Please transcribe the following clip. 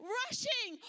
rushing